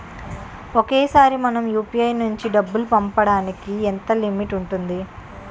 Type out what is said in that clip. ఒకేసారి మనం యు.పి.ఐ నుంచి డబ్బు పంపడానికి ఎంత లిమిట్ ఉంటుంది?